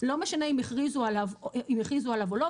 לא משנה אם הכריזו עליו או לא,